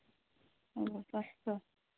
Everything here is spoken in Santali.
ᱚ ᱯᱟᱸᱥᱥᱚ